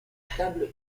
table